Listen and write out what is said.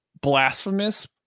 blasphemous